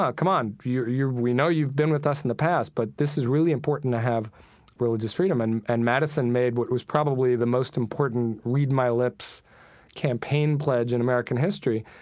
ah come on. yeah we know you've been with us in the past but this is really important to have religious freedom and and madison made what was probably the most important read my lips campaign pledge in american history.